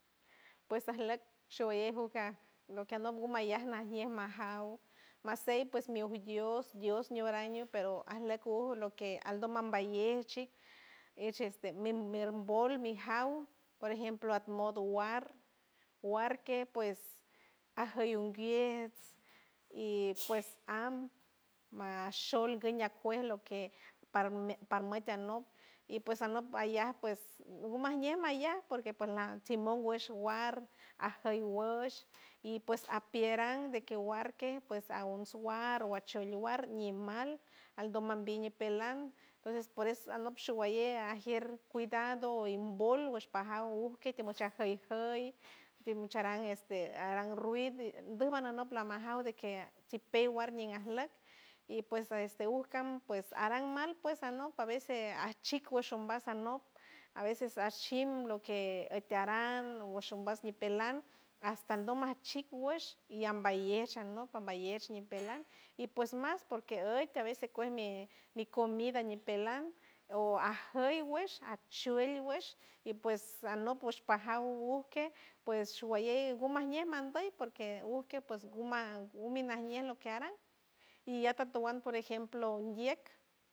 Pues ajleck showalley ujga lo que anok guma ya najñe majaw masey pues mi omi dios dios ñiu aran pero ajleck uj lo que aldom mamba yech chik esh este mirvold mijaw por ejemplo at modo guar, guar que pues ajûy unguiets y pues am ma shold guña cuej lo que parme parmet tianok y pues anok paya pues gumaj ñej maya porque la chimun wesh guard ajoy wesh y pues apieran de que guar que pues aonts war lachowar ñimal aldom mambil ñipelan entons por es alnop showalley ajier cuidado imbol wesh pajaw uj kej timush a jûy jûy timuch aran este aran rui duj bananop la majaw de que chipew war ñin ajleck y pues este uj cam pues aran mal pues alnok a veces ajchik wesh ombas anop a veces a shim lo que ût tearan wesh ombas ñipelan hasta aldom majchik wesh llamba llejch alnop pamballej ñipelan y pues mas porque ût a veces kuej mi comida ñipelan o ajûy wesh ajchuelt wesh y pues alnop ps pajaw uj kej pues showalley gumajñej mandey porque uj kej pues guma gumi najñe lo que aran y atatuan por ejemplo ndieck.